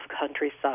countryside